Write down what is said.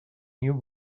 kew